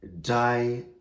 die